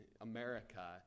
america